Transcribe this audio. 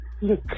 Look